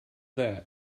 that